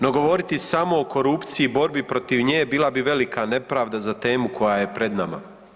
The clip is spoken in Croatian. No govoriti samo o korupciji, borbi protiv nje bila bi velika nepravda za temu koja je pred nama.